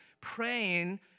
praying